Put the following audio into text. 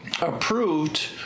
approved